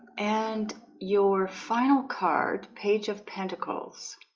and your final card page of pentacles